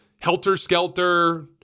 helter-skelter